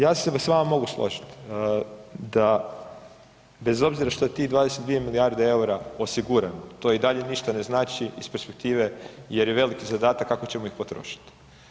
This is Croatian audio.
Ja se s vama mogu složiti da bez obzira što je tih 22 milijarde eura osigurano, to i dalje ništa ne znači iz perspektive jer je veliki zadatak kako ćemo ih potrošiti.